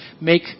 Make